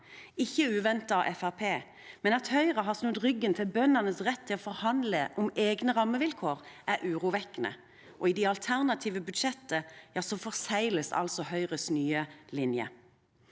Fremskrittspartiet, men at Høyre har snudd ryggen til bøndenes rett til å forhandle om egne rammevilkår, er urovekkende. I det alternative budsjettet forsegles altså Høyres nye linje.